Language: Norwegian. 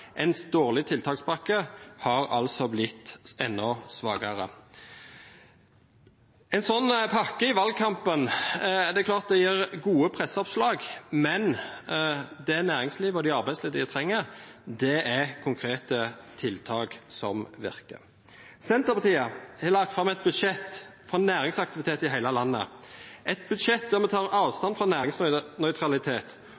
En dårlig tiltakspakke har altså blitt enda svakere. I valgkampen er det klart at en sånn pakke gir gode presseoppslag, men det næringslivet og de arbeidsledige trenger, er konkrete tiltak som virker. Senterpartiet har lagt fram et budsjett for næringsaktivitet i hele landet, et budsjett der vi tar avstand fra